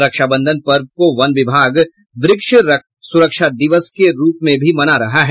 रक्षाबंधन पर्व को वन विभाग वृक्ष स्रक्षा दिवस के रूप में भी मना रहा है